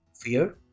fear